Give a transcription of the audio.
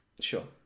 Sure